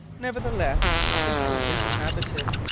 nevertheless, the group is inhabited,